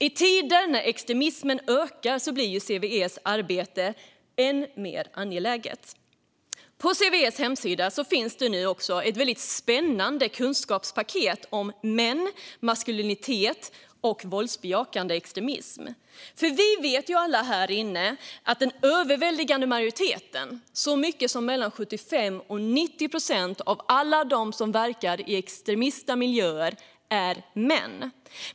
I tider när extremismen ökar blir CVE:s arbete än mer angeläget. På CVE:s hemsida finns nu också ett väldigt spännande kunskapspaket om män, maskulinitet och våldsbejakande extremism. Vi vet alla här inne att den överväldigande majoriteten, så mycket som mellan 75 och 90 procent av alla som verkar i extremistiska miljöer, är män.